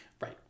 right